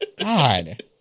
God